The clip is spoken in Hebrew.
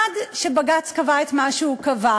עד שבג"ץ קבע את מה שהוא קבע,